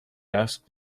asked